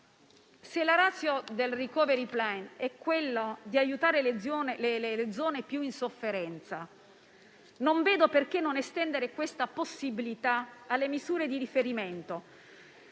Se la *ratio* del *recovery plan* è aiutare le zone più in sofferenza, non vedo perché non estendere questa possibilità alle misure di riferimento.